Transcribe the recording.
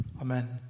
Amen